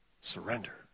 Surrender